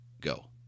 go